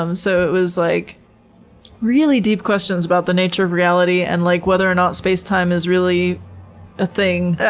um so it was like really deep questions about the nature of reality and like whether or not spacetime is really a thing,